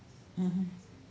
mmhmm